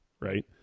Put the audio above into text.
right